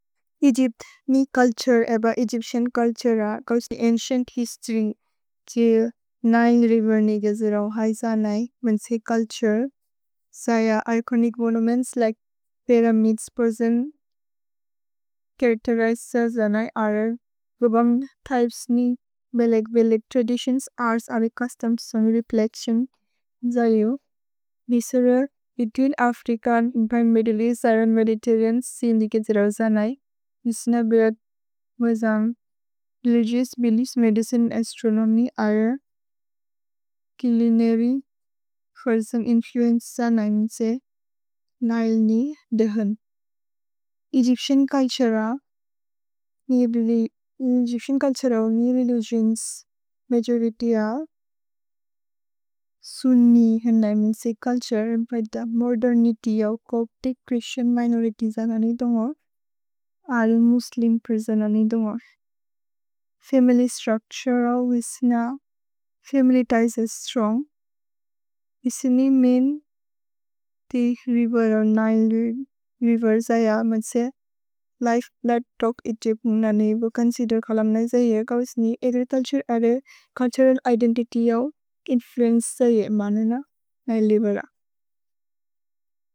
Egypt नि culture एब Egyptian culture र गौस्ति अन्चिएन्त् हिस्तोर्य् छे नएन्ग् रिवेर् नेगे जिरव् है जनय् वेन्सि चुल्तुरे। सय इचोनिच् monuments like pyramids present characterise स जनय् अरल्। गोबम् त्य्पेस् नि बेलेग्-बेलेग् त्रदितिओन्स् अर्स् अरि चुस्तोम्स् सोनु रेप्लेच्तिओन् जयु। भेसेरेर् between African and Middle Eastern and Mediterranean सि निगे जिरव् जनय्। उसिन बेरत् वेजन् religious, beliefs, medicine, astronomy, art, culinary, culture influence जनय् न्से नएल् नि देहन्। एग्य्प्तिअन् चुल्तुरे र, एग्य्प्तिअन् चुल्तुरे र उनि religions, majority are Sunni, culture, modernity, Christian minorities जनय् निदोन्गोर्, अरल् मुस्लिम् पेर्सोन् जनय् निदोन्गोर्। फमिल्य् स्त्रुच्तुरे र उसिन, फमिल्य् तिएस् अरे स्त्रोन्ग्। उसिनि main, river or Nile river जयु, लिफे थत् तल्क् एग्य्प्त्, ननैबु चोन्सिदेर् चोलुम्निजे जयु, उस्नि agriculture are cultural identity influence जयु, निले रिवेर् र। मिस्नुल्, तुर्जिन्स्, रतदन्, host, rice, lentils, chickpeas, language of उसिन, अरबिच् लन्गुअगे, रमदन्, नमन्से होल्य् मोन्थ् जनय्, चेलेब्रतिओन् जयु।